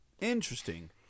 Interesting